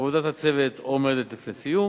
עבודת הצוות עומדת בפני סיום.